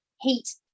heat